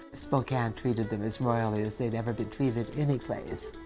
spokane treated them as royally as they'd ever been treated anyplace.